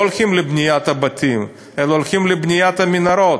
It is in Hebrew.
לא הולכים לבניית בתים, אלא הולכים לבניית מנהרות,